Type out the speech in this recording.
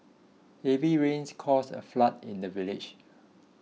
heavy rains caused a flood in the village